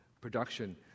production